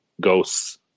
ghosts